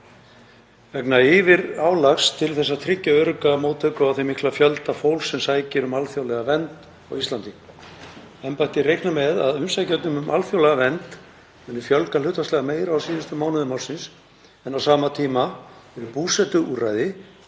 vegna yfirálags til þess að tryggja örugga móttöku á þeim mikla fjölda fólks sem sækir um alþjóðlega vernd á Íslandi. Þar segir enn fremur: „Embættið reiknar með að umsækjendum um alþjóðlega vernd muni fjölga hlutfallslega meira á síðustu mánuðum ársins en á sama tíma eru búsetuúrræði